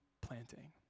planting